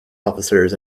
officers